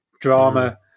drama